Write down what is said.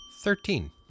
Thirteen